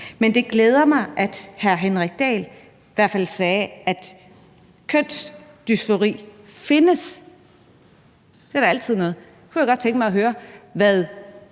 Men det glæder mig, at hr. Henrik Dahl i hvert fald sagde, at kønsdysfori findes. Det er da altid noget. Så kunne jeg godt tænke mig at høre, hvad